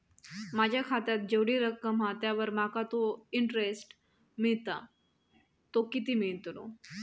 माझ्या खात्यात जेवढी रक्कम हा त्यावर माका तो इंटरेस्ट मिळता ना तो किती मिळतलो?